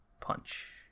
Punch